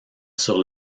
sur